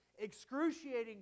excruciating